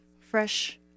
fresh